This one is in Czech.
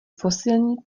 fosilní